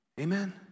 Amen